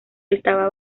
está